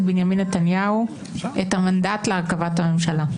בנימין נתניהו את המנדט להרכבת הממשלה.